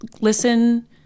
listen